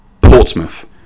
Portsmouth